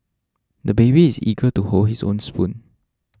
the baby is eager to hold his own spoon